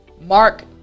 Mark